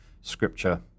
scripture